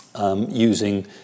using